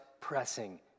pressing